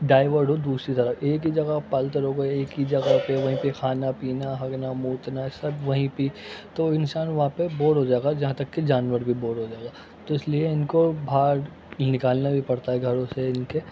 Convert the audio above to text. divert ہو دوسری طرف ایک ہی جگہ پالتے رہوگے ایک ہی جگہ پہ وہیں پہ خانا پینا ہگنا موتنا سب وہیں پہ ہی تو انسان وہاں پہ بور ہو جائے غا جہاں تک کہ جانور بھی بور ہو جائے گا تو اس لیے ان کو بھاہر نکالنا بھی پرتا ہے گھروں سے ان کے